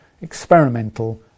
experimental